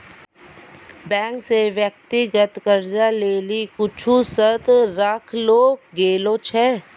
bank से व्यक्तिगत कर्जा लेली कुछु शर्त राखलो गेलो छै